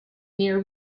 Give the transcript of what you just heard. near